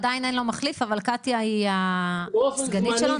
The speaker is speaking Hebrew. עדיין אין לו מחליף אבל קטיה היא הסגנית שלו,